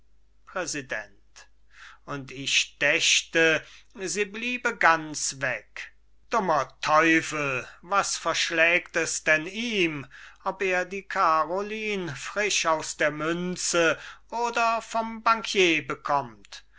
präsident und ich dächte sie bliebe ganz weg dummer teufel was verschlägt es denn ihm ob er die karolin frisch aus der münze oder vom bankier bekommt